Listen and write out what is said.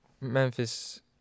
Memphis